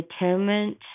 atonement